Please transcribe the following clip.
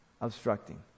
Obstructing